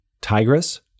Tigris